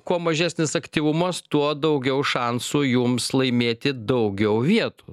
kuo mažesnis aktyvumas tuo daugiau šansų jums laimėti daugiau vietų